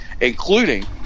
including